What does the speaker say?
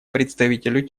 представителю